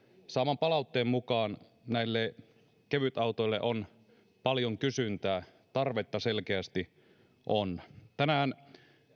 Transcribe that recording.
saaman palautteen mukaan näille kevytautoille on paljon kysyntää tarvetta selkeästi on tänään